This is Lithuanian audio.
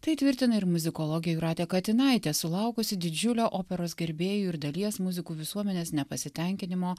tai tvirtina ir muzikologė jūratė katinaitė sulaukusi didžiulio operos gerbėjų ir dalies muzikų visuomenės nepasitenkinimo